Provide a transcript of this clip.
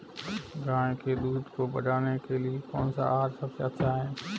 गाय के दूध को बढ़ाने के लिए कौनसा आहार सबसे अच्छा है?